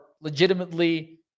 legitimately